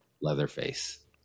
Leatherface